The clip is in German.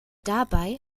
dabei